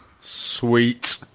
Sweet